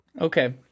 Okay